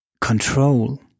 control